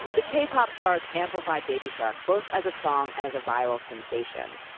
the k-pop stars amplified baby shark both as a song and as a viral sensation.